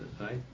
right